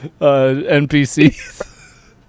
NPCs